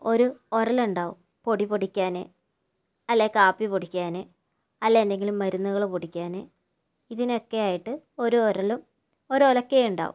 ഒരു ഒരലുണ്ടാവും പൊടി പൊടിക്കാൻ അല്ലെങ്കിൽ കാപ്പി പൊടിക്കാൻ അല്ലെങ്കിൽ എന്തെങ്കിലും മരുന്നുകള് പൊടിക്കാൻ ഇതിനൊക്കെ ആയിട്ട് ഒരു ു ഉരലും ഒരു ഉലക്കയും ഉണ്ടാവും